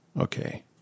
okay